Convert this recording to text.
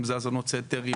אם זה האזנות סתר,